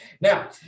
Now